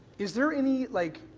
is there any, like,